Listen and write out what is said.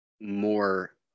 more